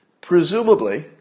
presumably